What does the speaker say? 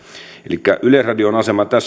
elikkä yleisradion asema